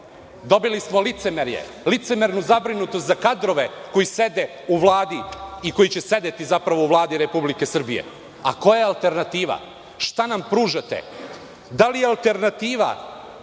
Dobili smo licemerje. Licemernu zabrinutost za kadrove koji sede u Vladi i koji će sedeti u Vladi Republike Srbije. A koja je alternativa? Šta nam pružate? Da li je alternativa